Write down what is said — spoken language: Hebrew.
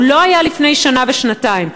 הוא לא היה לפני שנה ושנתיים,